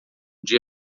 dia